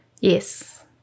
Yes